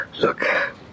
Look